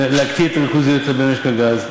להקטין את הריכוזיות במשק הגז,